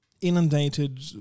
inundated